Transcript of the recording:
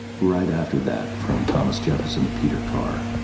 right after that from thomas jefferson to peter carr,